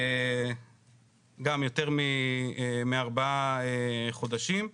גם, יותר מארבעה חודשים.